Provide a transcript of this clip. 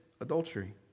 adultery